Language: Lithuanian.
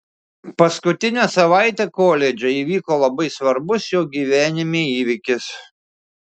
paskutinę savaitę koledže įvyko labai svarbus jo gyvenime įvykis